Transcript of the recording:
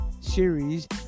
series